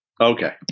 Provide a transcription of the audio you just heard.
Okay